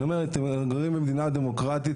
אני אומר, אתם גרים במדינה דמוקרטית.